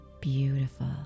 Beautiful